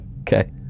Okay